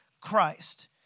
Christ